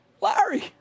Larry